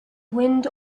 wind